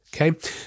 okay